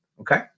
Okay